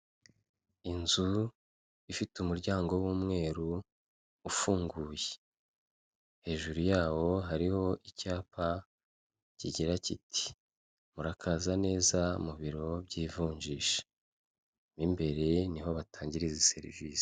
Inzu ifite umuryango w'umweru ufunguye. Hejuru yawo hariho icyapa kigira kiti murakaza neza mu biro by'ivunjisha. Mo imbere niho batangi izi serivisi.